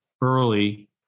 early